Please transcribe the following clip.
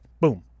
boom